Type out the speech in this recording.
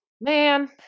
man